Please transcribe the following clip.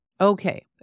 Okay